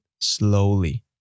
slowly